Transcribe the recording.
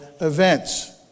events